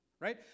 right